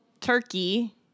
turkey